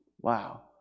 Wow